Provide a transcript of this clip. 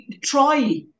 try